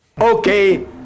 Okay